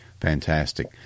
Fantastic